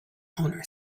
owner